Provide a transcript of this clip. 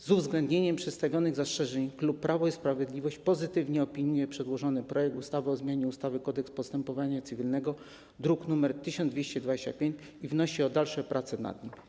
Z uwzględnieniem przedstawionych zastrzeżeń klub Prawo i Sprawiedliwość pozytywnie opiniuje przedłożony projekt ustawy o zmianie ustawy - Kodeks postępowania cywilnego, druk nr 1225, i wnosi o dalsze prace nad nim.